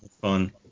fun